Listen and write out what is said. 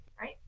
right